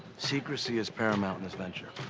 secrecy is paramount in this venture.